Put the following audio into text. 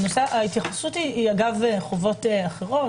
ההתייחסות היא אגב חובות אחרות,